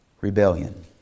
rebellion